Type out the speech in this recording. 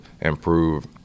improve